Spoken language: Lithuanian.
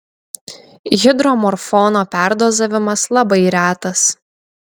hidromorfono perdozavimas labai retas